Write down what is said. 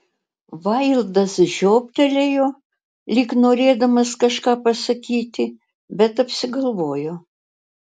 vaildas žiobtelėjo lyg norėdamas kažką pasakyti bet apsigalvojo